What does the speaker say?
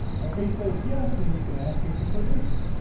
and if he says yes, then you can ask him to produce it.